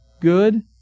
good